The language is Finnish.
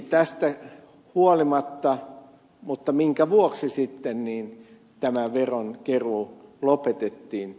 tästä huolimatta mutta minkä vuoksi sitten tämä veronkeruu lopetettiin